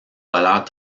valeurs